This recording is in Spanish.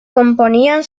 componían